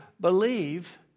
believe